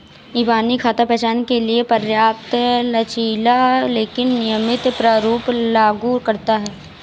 इबानी खाता पहचान के लिए पर्याप्त लचीला लेकिन नियमित प्रारूप लागू करता है